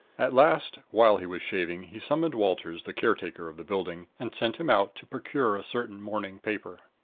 at last, while he was shaving, he summoned walters, the caretaker of the building, and sent him out to procure a certain morning paper.